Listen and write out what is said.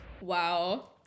Wow